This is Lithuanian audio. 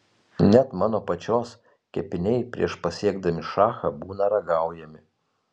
net mano pačios kepiniai prieš pasiekdami šachą būna ragaujami